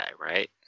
right